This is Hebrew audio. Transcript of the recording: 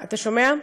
אתה שומע?